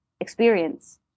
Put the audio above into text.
experience